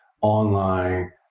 online